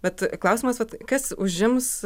bet klausimas kas užims